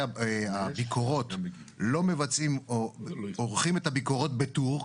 הביקורות עורכים את הביקורות בטור.